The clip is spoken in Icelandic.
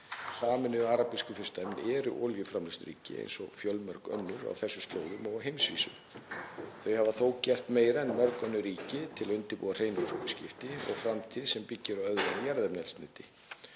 Sameinuðu arabísku furstadæmin eru olíuframleiðsluríki eins og fjölmörg önnur á þessum slóðum og á heimsvísu. Þau hafa þó gert meira en mörg önnur ríki til að undirbúa hrein orkuskipti og framtíð sem byggir á öðru en jarðefnaeldsneyti